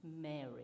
Mary